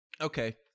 Okay